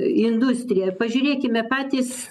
industriją pažiūrėkime patys